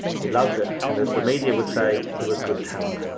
he loved it, and as the media would say, he was good talent.